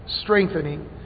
strengthening